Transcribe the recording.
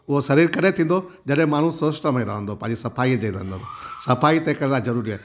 उहो शरीरु कॾहिं थींदो जॾहिं माण्हू स्वच्छता में रहंदो पंहिंजी सफ़ाई ते रहंदो सफ़ाई तंहिं करे ज़रूरी आहे